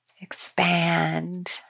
expand